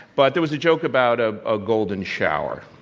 but there was a joke about ah a golden shower.